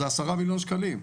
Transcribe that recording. זה עשרה מיליון שקלים.